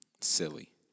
silly